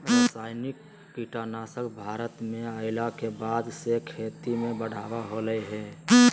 रासायनिक कीटनासक भारत में अइला के बाद से खेती में बढ़ावा होलय हें